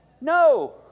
No